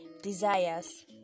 desires